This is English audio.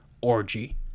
orgy